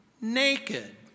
naked